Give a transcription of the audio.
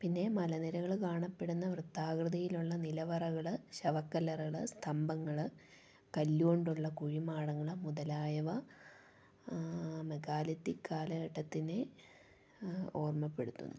പിന്നെ മലനിരകള് കാണപ്പെടുന്ന വൃത്താകൃതിയിലുള്ള നിലവറകള് ശവക്കല്ലറകള് സ്തംഭങ്ങള് കല്ല് കൊണ്ടുള്ള കുഴിമാടങ്ങള് മുതലായവ ആ മെഗാലിത്തീക് കാലഘട്ടത്തിനെ ഓർമപ്പെടുത്തുന്നു